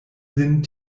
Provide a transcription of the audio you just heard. lin